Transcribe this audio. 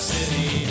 City